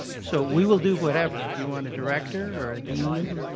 so we will do whatever. if you want a director or a dean,